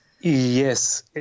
Yes